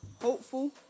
hopeful